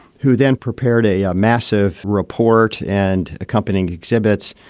who then prepared a ah massive report and accompanying exhibits.